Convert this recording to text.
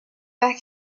back